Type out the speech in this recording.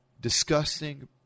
disgusting